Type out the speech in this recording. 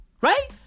Right